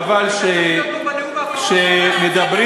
חבל שכשמדברים